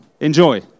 enjoy